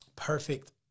perfect